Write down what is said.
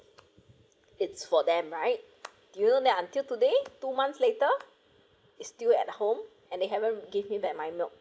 it's for them right do you know that until today two months later it's still at home and they haven't give me back my milk